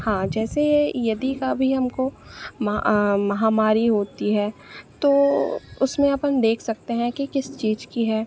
हाँ जैसे यदि कभी हमको मा महामारी होती है तो उसमें अपन देख सकते हैं कि किस चीज़ की है